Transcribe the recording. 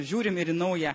žiūrim ir į naują